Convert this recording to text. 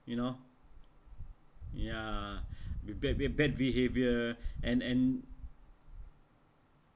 you know ya with bad bad bad behaviour and and